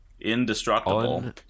indestructible